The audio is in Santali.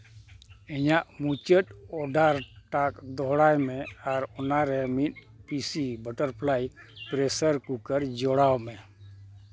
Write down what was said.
ᱤᱧᱟᱹᱜ ᱢᱩᱪᱟᱹᱫ ᱚᱰᱟᱨ ᱴᱟᱜᱽ ᱫᱚᱦᱲᱟᱭ ᱢᱮ ᱟᱨ ᱚᱱᱟᱨᱮ ᱢᱤᱫ ᱯᱤᱥᱤ ᱵᱟᱴᱟᱨᱯᱷᱞᱟᱭ ᱯᱨᱮᱥᱟᱨ ᱠᱩᱠᱟᱨ ᱡᱚᱲᱟᱣ ᱢᱮ